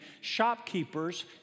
shopkeepers